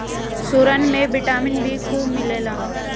सुरन में vitamin B खूब मिलेला